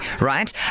Right